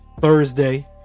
Thursday